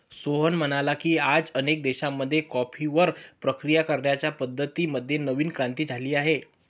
सोहन म्हणाले की, आज अनेक देशांमध्ये कॉफीवर प्रक्रिया करण्याच्या पद्धतीं मध्ये नवीन क्रांती झाली आहे